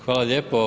Hvala lijepo.